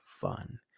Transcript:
fun